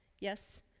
Yes